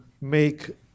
make